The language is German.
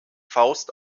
faust